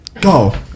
Go